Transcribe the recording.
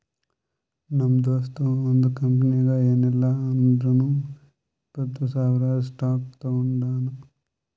ನಮ್ ದೋಸ್ತ ಒಂದ್ ಕಂಪನಿನಾಗ್ ಏನಿಲ್ಲಾ ಅಂದುರ್ನು ಇಪ್ಪತ್ತ್ ಸಾವಿರ್ ಸ್ಟಾಕ್ ತೊಗೊಂಡಾನ